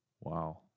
Wow